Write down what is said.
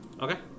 Okay